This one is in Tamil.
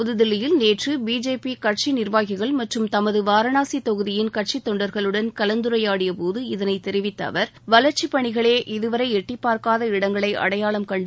புதுதில்லியில் நேற்று பிஜேபி கட்சி நிர்வாகிகள் மற்றும் தமது வாரணாசி தொகுதியின் கட்சித் தொண்டர்களுடன் கலந்துரையாடியபோது இதனைத் தெரிவித்த அவர் வளர்ச்சிப் பணிகளே இதுவரை எட்டிப் பார்க்காத இடங்களை அடையாளம் கண்டு